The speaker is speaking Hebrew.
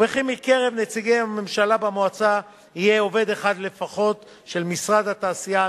וכי מקרב נציגי הממשלה במועצה יהיה עובד אחד לפחות של משרד התעשייה,